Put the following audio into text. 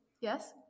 Yes